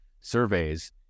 surveys